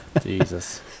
Jesus